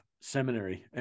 seminary